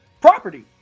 Property